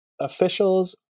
officials